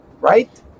right